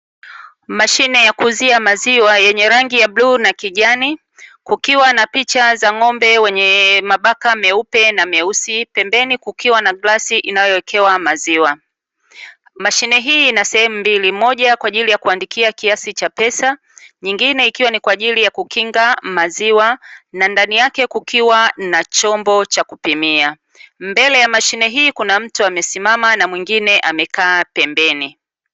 Mashine ya kuuzia maziwa yenye rangi ya bluu na kijani, kukiwa na picha za ng'ombe wenye mabaka meupe na meusi, pembeni kukiwa na glasi inayowekewa maziwa. Mashine hii ina sehemu mbili; moja kwa ajili yakiandikia kiasi cha pesa, nyingine ni kwa ajili ya kukingia maziwa, na ndani yake kukiwa na chombo cha kupimia. Mbele ya mashine hii kuna mtu amesimama na mwingine amekaa pembeni.